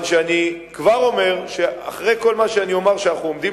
אני כבר אומר שאחרי כל מה שאומר שאנחנו עומדים